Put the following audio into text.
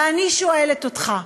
ואני שואלת אותך,